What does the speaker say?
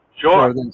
Sure